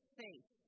faith